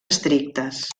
estrictes